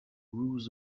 rules